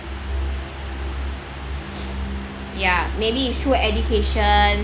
ya maybe is through education